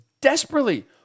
desperately